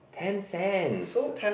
ten cents